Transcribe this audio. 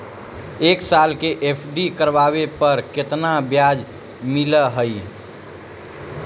एक साल के एफ.डी करावे पर केतना ब्याज मिलऽ हइ?